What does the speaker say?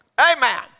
Amen